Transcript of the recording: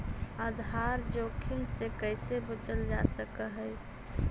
आधार जोखिम से कइसे बचल जा सकऽ हइ?